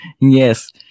Yes